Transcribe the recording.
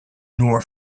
nor